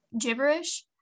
gibberish